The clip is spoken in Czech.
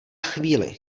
chvíli